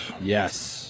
Yes